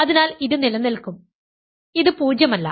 അതിനാൽ ഇത് നിലനിൽക്കും ഇത് പൂജ്യമല്ല